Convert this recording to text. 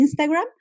Instagram